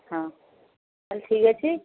ହଁ ତା'ହେଲେ ଠିକ୍ ଅଛି